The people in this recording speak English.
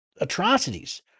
atrocities